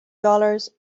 dollars